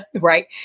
right